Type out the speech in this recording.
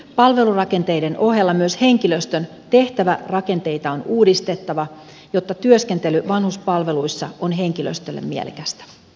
palvelurakenteiden ohella myös henkilöstön tehtävärakenteita on uudistettava jotta työskentely vanhuspalveluissa on henkilöstölle mielekästä